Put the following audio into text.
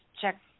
check